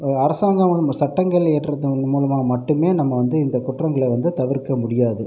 அரசங்கம் நம்ப சட்டங்கள் இயற்றுதன் மூலமாக மட்டுமே நம்ப வந்து இந்த குற்றங்களை வந்து தவிர்க்க முடியாது